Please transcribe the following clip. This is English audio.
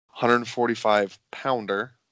145-pounder